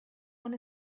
one